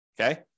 Okay